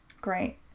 Great